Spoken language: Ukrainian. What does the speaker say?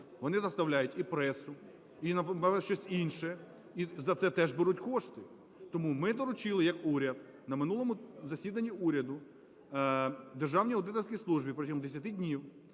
вони доставляють і пресу, і певно ще щось інше, і за це теж беруть кошти. Тому ми доручили, як уряд, на минулому засіданні уряді Державній аудиторській службі протягом 10 днів